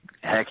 Heck